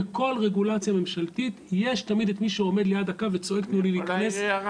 בכל רגולציה ממשלתית יש תמיד את מי שעומד לי הקו וצועק "תנו לי להיכנס",